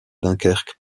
dunkerque